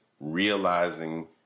realizing